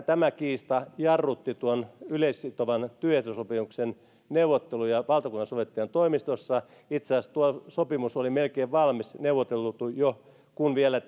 tämä kiista jarrutti tuon yleissitovan työehtosopimuksen neuvotteluja valtakunnansovittelijan toimistossa itse asiassa tuo sopimus oli melkein valmis neuvoteltu jo kun vielä